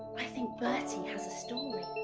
i think bertie has a story.